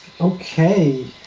Okay